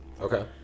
Okay